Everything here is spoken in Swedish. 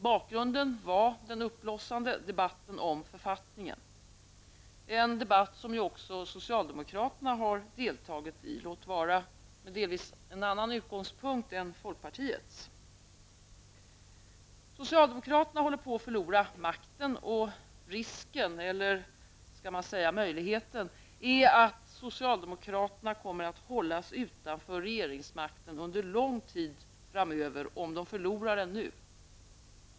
Bakgrunden var den uppblossande debatten om författningen, en debatt som ju också socialdemokraterna har deltagit i -- låt vara med delvis en annan utgångspunkt än folkpartiets. Socialdemokraterna håller på att förlora makten, och risken -- eller kanske möjligheten -- är att socialdemokraterna kommer hållas utanför regeringsmakten under lång tid framöver om de förlorar den nu.